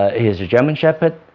ah he's a german shepherd.